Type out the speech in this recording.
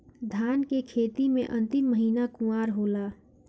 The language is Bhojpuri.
धान के खेती मे अन्तिम महीना कुवार होला?